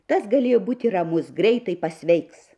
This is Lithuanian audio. tas galėjo būti ramus greitai pasveiks